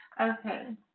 Okay